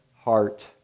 heart